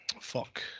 Fuck